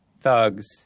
thugs